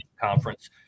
conference